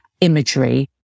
imagery